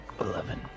eleven